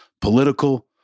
Political